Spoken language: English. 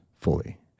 fully